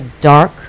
dark